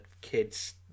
kids